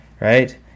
right